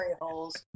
holes